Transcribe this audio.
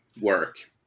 work